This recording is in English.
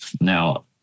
now